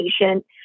patient